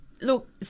look